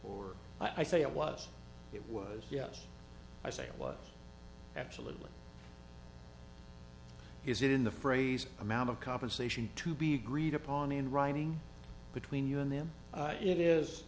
or i say it was it was yes i say it was absolutely is it in the phrase amount of compensation to be agreed upon in writing between you and them it is